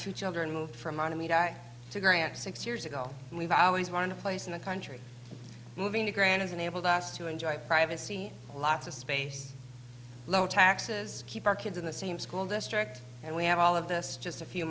two children moved from ana me die to grant six years ago and we've always wanted a place in the country moving to grant has enabled us to enjoy privacy lots of space low taxes keep our kids in the same school district and we have all of this just a few